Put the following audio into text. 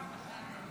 תוספת